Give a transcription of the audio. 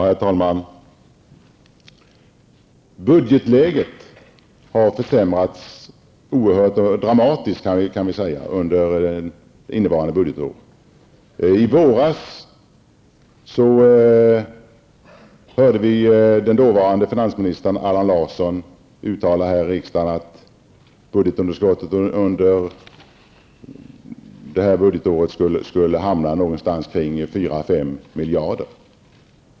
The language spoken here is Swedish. Herr talman! Budgetläget har försämrats oerhört dramatiskt under innevarande budgetår. I våras hörde vi dåvarande finansministern Allan Larsson här i riksdagen uttala att budgetunderskottet det här budgetåret skulle bli 4-- 5 miljarder.